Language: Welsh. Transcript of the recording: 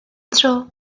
tro